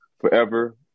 forever